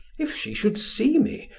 if she should see me,